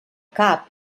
cap